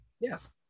yes